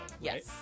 Yes